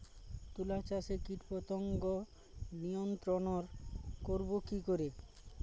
তুলা চাষে কীটপতঙ্গ নিয়ন্ত্রণর করব কি করে?